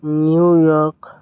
New York